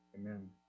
Amen